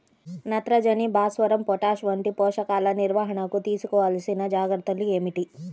నత్రజని, భాస్వరం, పొటాష్ వంటి పోషకాల నిర్వహణకు తీసుకోవలసిన జాగ్రత్తలు ఏమిటీ?